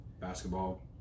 basketball